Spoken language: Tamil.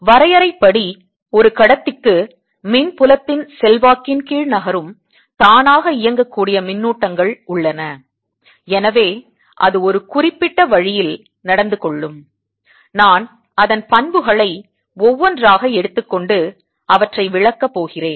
வரையறைப்படி ஒரு கடத்திக்கு மின் புலத்தின் செல்வாக்கின் கீழ் நகரும் தானாக இயங்கக்கூடிய மின்னூட்டங்கள் உள்ளன எனவே அது ஒரு குறிப்பிட்ட வழியில் நடந்து கொள்ளும் நான் அதன் பண்புகளை ஒவ்வொன்றாக எடுத்துக் கொண்டு அவற்றை விளக்கப் போகிறேன்